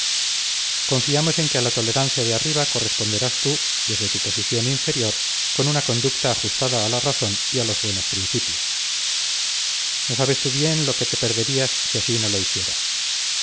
confiamos en que a la tolerancia de arriba corresponderás tú desde tu posición inferior con una conducta ajustada a la razón y a los buenos principios no sabes tú bien lo que te perderías si así no lo hicieras